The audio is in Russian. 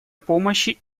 помощи